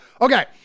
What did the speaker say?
okay